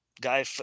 guy